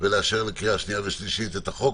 ולאשר לקריאה שנייה ושלישית את החוק,